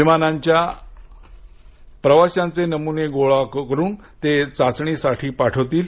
विमान कंपनी प्रवाशांचे नमुने गोळा करुन ते चाचणीसाठी पाठवतील